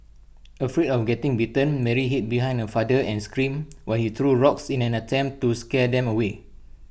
afraid of getting bitten Mary hid behind her father and screamed while he threw rocks in an attempt to scare them away